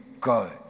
go